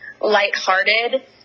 lighthearted